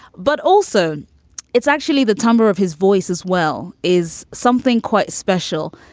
but also it's actually the timbre of his voice as well is something quite special.